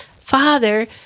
father